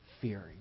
Fearing